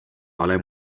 vale